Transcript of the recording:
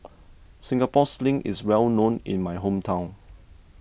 Singapore Sling is well known in my hometown